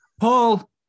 Paul